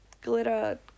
glitter